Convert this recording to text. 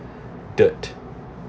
dirt